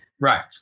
Right